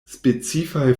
specifaj